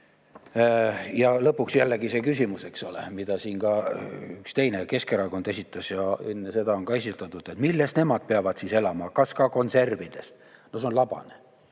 Ja lõpuks jällegi see küsimus, mida siin ka üks teine, Keskerakond esitas ja enne seda on ka esitatud: millest nemad peavad siis elama, kas ka konservidest? See on labane.